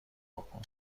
بکن